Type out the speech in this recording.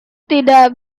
tidak